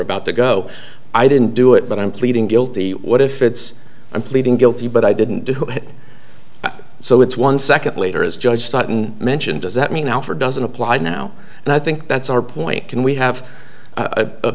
about to go i didn't do it but i'm pleading guilty what if it's i'm pleading guilty but i didn't do it so it's one second later as judge sutton mentioned does that mean alford doesn't apply now and i think that's our point and we have